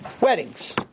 weddings